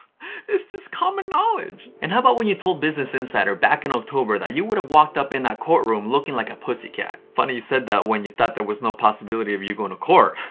it's just common knowledge. and how about when you told business insider back in october that you would have walked up in that courtroom looking like a pussycat. funny you said that when you thought there was no possibility of you going to court.